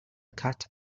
cat